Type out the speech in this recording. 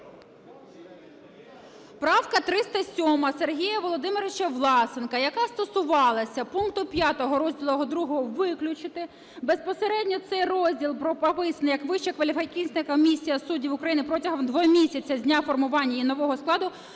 Правка 307 Сергія Володимировича Власенка, яка стосувалася пункту 5 розділу ІІ, виключити. Безпосередньо цей розділ прописаний, як "Вища кваліфікаційна комісія суддів України протягом двох місяців з дня формування її нового складу